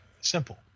simple